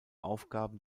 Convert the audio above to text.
aufgaben